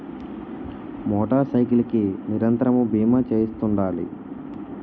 motor cycle కి నిరంతరము బీమా చేయిస్తుండాలి